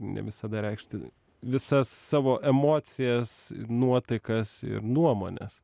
ne visada reikšti visas savo emocijas nuotaikas ir nuomones